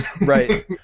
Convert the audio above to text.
Right